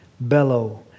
bellow